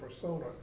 persona